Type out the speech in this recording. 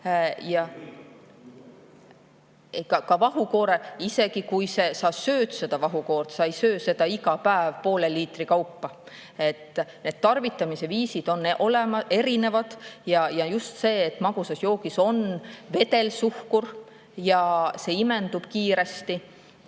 (Hääl saalist.) Isegi kui sa sööd vahukoort, ei söö sa seda iga päev poole liitri kaupa. Need tarvitamise viisid on erinevad. Ja just see, et magusas joogis on vedel suhkur ja see imendub kiiresti.